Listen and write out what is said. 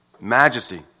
majesty